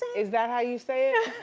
is that how you say it?